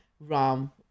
Ram